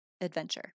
adventure